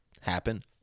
happen